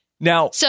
Now